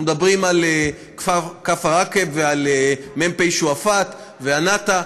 אנחנו מדברים על כפר עקב ועל מ"פ שועפאט וענתא,